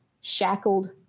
shackled